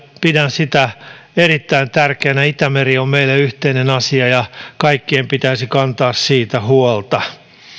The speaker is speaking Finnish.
pidän sitä erittäin tärkeänä itämeri on meille yhteinen asia ja kaikkien pitäisi kantaa siitä huolta